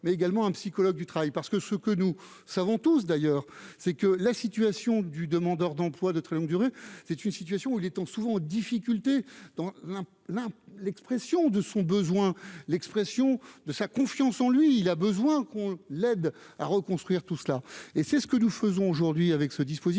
mais également un psychologue du travail parce que ce que nous savons tous, d'ailleurs, c'est que la situation du demandeur d'emploi, de très longue durée, c'est une situation où il est temps, souvent en difficulté donc l'expression de son besoin l'expression de sa confiance en lui, il a besoin qu'on l'aide à reconstruire tout cela et c'est ce que nous faisons aujourd'hui avec ce dispositif,